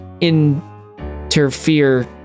interfere